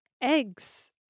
eggs